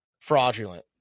Fraudulent